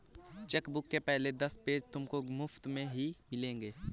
chequebook के पहले दस पेज तुमको मुफ़्त में ही मिलेंगे